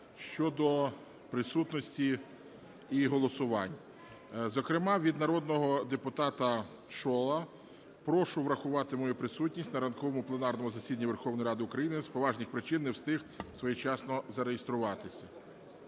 щодо присутності і голосувань. Зокрема, від народного депутата Шола. Прошу врахувати мою присутність на ранковому пленарному засіданні Верховної Ради України. З поважних причин не встиг своєчасно зареєструватись.